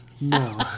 No